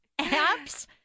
apps